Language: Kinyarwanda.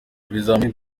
ibizamini